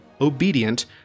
obedient